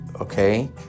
okay